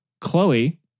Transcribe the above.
Chloe